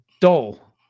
Dull